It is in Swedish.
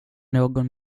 någon